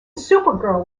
supergirl